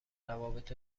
روابط